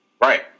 Right